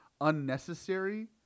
unnecessary